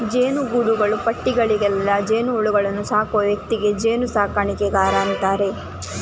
ಜೇನುಗೂಡುಗಳು, ಪೆಟ್ಟಿಗೆಗಳಲ್ಲಿ ಜೇನುಹುಳುಗಳನ್ನ ಸಾಕುವ ವ್ಯಕ್ತಿಗೆ ಜೇನು ಸಾಕಣೆಗಾರ ಅಂತಾರೆ